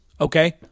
okay